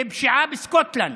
ופשיעה בסקוטלנד.